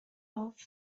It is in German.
auf